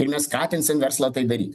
ir mes skatinsim verslą tai daryt